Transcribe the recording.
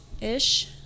Ish